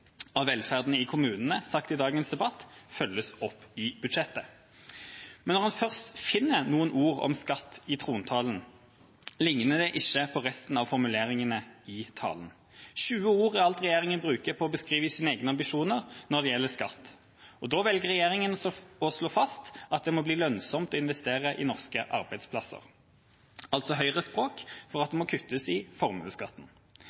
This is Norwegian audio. av velferden i kommunene, sagt i dagens debatt, følges opp i budsjettet. Men når man først finner noen ord om skatt i trontalen, ligner det ikke på resten av formuleringene i talen. 20 ord er alt regjeringa bruker på å beskrive sine egne ambisjoner når det gjelder skatt. Da velger regjeringa å slå fast at det må bli lønnsomt å investere i norske arbeidsplasser – altså høyrespråk for at